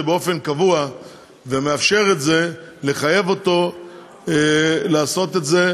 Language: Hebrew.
באופן קבוע ומאפשר את זה לעשות את זה,